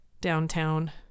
downtown